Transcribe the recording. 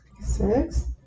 six